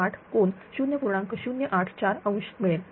084 ° मिळेल